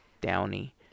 downy